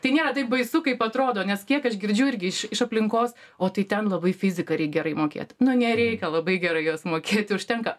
tai nėra taip baisu kaip atrodo nes kiek aš girdžiu irgi iš iš aplinkos o tai ten labai fiziką reik gerai mokėt nu nereikia labai gerai jos mokėti užtenka